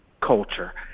culture